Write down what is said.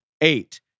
eight